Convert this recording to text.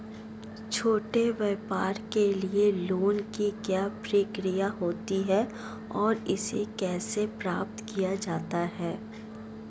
छोटे व्यापार के लिए लोंन की क्या प्रक्रिया होती है और इसे कैसे प्राप्त किया जाता है?